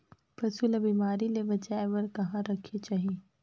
पशु ला बिमारी ले बचाय बार कहा रखे चाही?